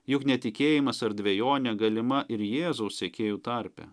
juk netikėjimas ar dvejonė galima ir jėzaus sekėjų tarpe